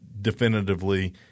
definitively